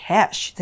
Cash